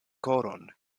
koron